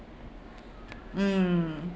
mm